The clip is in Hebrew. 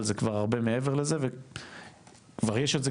אבל זה כבר הרבה מעבר לזה וכבר יש את זה,